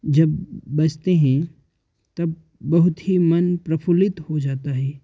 जब बजते हैं तब बहुत ही मन प्रफुल्लित हो जाता है